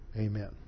Amen